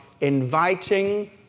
inviting